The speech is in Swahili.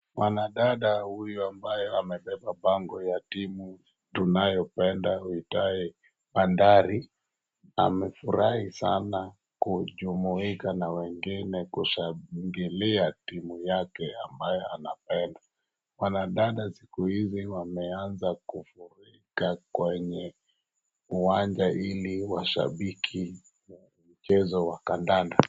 Mwanadada huyu ambaye amebeba bango ya timu tunayo penda tuitaye Bandari amefurahi sana kujumuika na wengine kushangilia timu yake ambayo anapenda. Wanadada siku hizi wameanza kufurika kwenye uwanja ili washabiki mchezo wa kandanda.